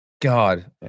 God